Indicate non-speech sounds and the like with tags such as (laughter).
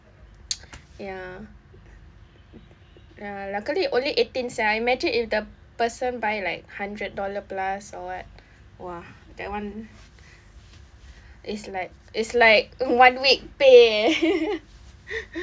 ya ya luckily only eighteen sia imagine if the person buy like hundred dollar plus or what !wah! that one is like is like one week pay leh (laughs)